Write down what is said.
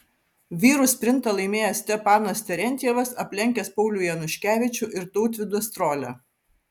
vyrų sprintą laimėjo stepanas terentjevas aplenkęs paulių januškevičių ir tautvydą strolią